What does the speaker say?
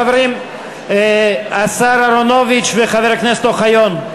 חברים, השר אהרונוביץ וחבר הכנסת אוחיון.